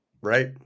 Right